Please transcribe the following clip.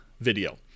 video